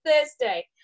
Thursday